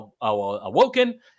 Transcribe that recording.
awoken